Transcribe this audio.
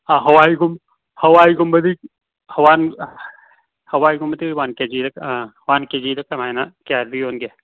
ꯍꯋꯥꯏꯒꯨꯝꯕꯗꯤ one ꯀꯦꯖꯤꯗ one ꯀꯦꯖꯤꯗ ꯀꯃꯥꯏꯅ ꯀꯌꯥꯗ ꯌꯣꯟꯒꯦ